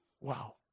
Wow